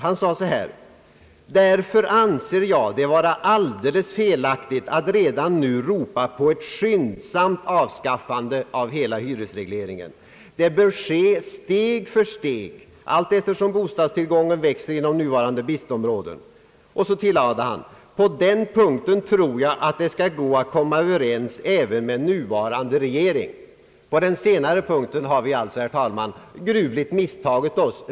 Han sade: Därför anser jag det vara alldeles felaktigt att redan nu ropa på ett skyndsamt avskaffande av hela hyresregleringen. Det bör ske steg för steg allteftersom bostadstillgången växer inom nuvarande bristområden. Och så tillade han: På den punkten tror jag det skall gå att komma överens även med nuvarande regering. På den senare punkten har vi alltså, herr talman, grundligt misstagit oss.